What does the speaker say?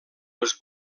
les